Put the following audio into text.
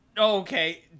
Okay